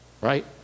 right